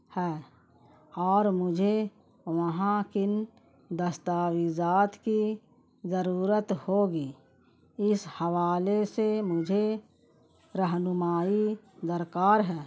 ہے اور مجھے وہاں کن دستاویزات کی ضرورت ہوگی اس حوالے سے مجھے رہنمائی درکار ہے